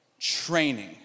training